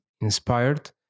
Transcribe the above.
inspired